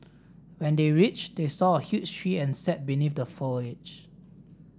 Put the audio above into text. when they reached they saw a huge tree and sat beneath the foliage